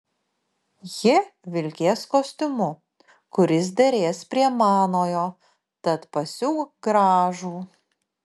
ji vilkės kostiumu kuris derės prie manojo tad pasiūk gražų